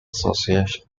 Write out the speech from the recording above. association